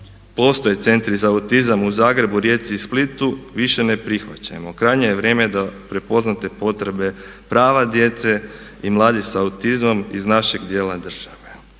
postoje centri za autizam u Zagrebu, Rijeci i Splitu, više ne prihvaćamo. Krajnje je vrijeme da prepoznate potrebe prava djece i mladih sa autizmom iz našeg dijela države.